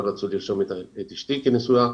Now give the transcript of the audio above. לא רצו לרשום את אשתי כנשואה.